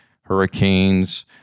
Hurricanes